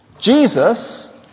Jesus